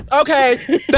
Okay